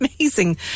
amazing